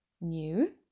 new